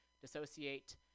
dissociate